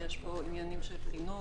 כי יש פה עניינים של חינוך,